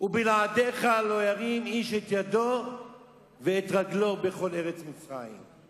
"ובלעדיך לא ירים איש את ידו ואת רגלו בכל ארץ מצרים,